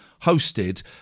hosted